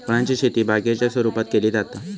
फळांची शेती बागेच्या स्वरुपात केली जाता